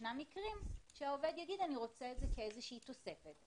ישנם מקרים שהעובד יגיד, אני רוצה איזושהי תוספת.